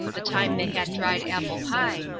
the time they had dried-apple-pie,